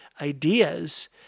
ideas